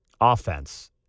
offense